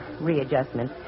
readjustment